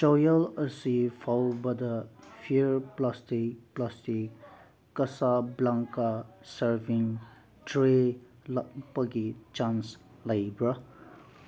ꯆꯌꯣꯜ ꯑꯁꯤ ꯐꯥꯎꯕꯗ ꯐꯤꯌꯔ ꯄ꯭ꯂꯥꯁꯇꯤꯛ ꯄ꯭ꯂꯥꯁꯇꯤꯛ ꯀꯥꯁꯥꯕ꯭ꯂꯥꯡꯀꯥ ꯁꯔꯕꯤꯡ ꯇ꯭ꯔꯦ ꯂꯥꯛꯄꯒꯤ ꯆꯥꯟꯁ ꯂꯩꯕ꯭ꯔꯥ